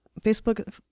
Facebook